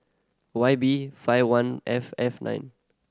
Y B five one F F nine